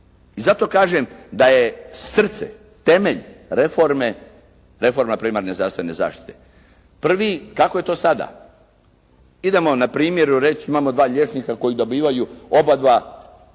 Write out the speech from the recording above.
I zato kažem da je srce, temelj reforme reforma primarne zdravstvene zaštite. Prvi kako je to sada, idemo na primjeru reći. Imamo dva liječnika koji dobivaju oba dva.